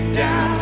down